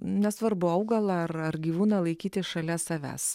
nesvarbu augalą ar ar gyvūną laikyti šalia savęs